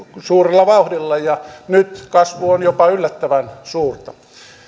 suurella vauhdilla ja nyt kasvu on jopa yllättävän suurta